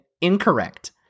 incorrect